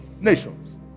Nations